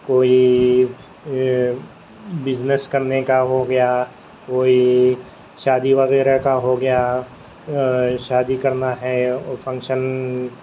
کوئی بزنیس کرنے کا ہو گیا کوئی شادی وغیرہ کا ہو گیا شادی کرنا ہے فنکشن